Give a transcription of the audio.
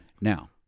Now